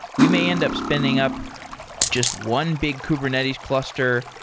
we may end up spending up just one big kubernetes cluster,